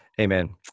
Amen